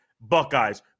Buckeyes